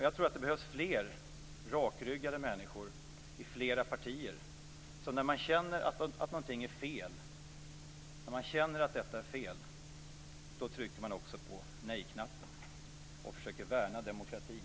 Jag tror att det behövs fler rakryggade människor i flera partier som när man känner att någonting är fel, när man känner att detta är fel, också trycker på nej-knappen och försöker värna demokratin.